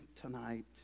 tonight